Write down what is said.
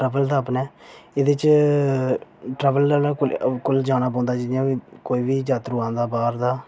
travel दा अपने एह्दे च ट्रैवल आह्ले कोल कोल जाना पौंदा जियां कोई बी जात्तरू आंदा बाह्र दा